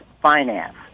finance